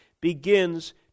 begins